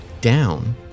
down